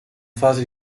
fase